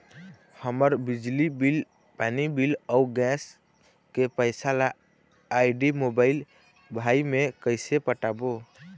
हमर बिजली बिल, पानी बिल, अऊ गैस के पैसा ला आईडी, मोबाइल, भाई मे कइसे पटाबो?